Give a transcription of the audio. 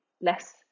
less